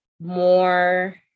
more